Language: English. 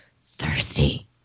thirsty